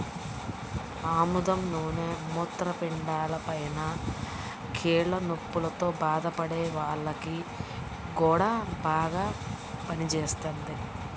ఆముదం నూనె మూత్రపిండాలపైన, కీళ్ల నొప్పుల్తో బాధపడే వాల్లకి గూడా బాగా పనిజేత్తది